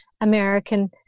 american